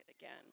again